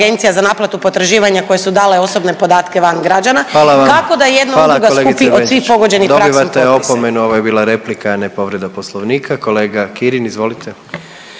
**Jandroković, Gordan (HDZ)** Dobivate opomenu, ovo je bila replika, a ne povreda Poslovnika. Kolega Kirin, izvolite.